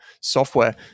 software